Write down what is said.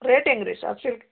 rate ಹೆಂಗ್ ರೀ soft silk